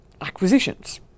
acquisitions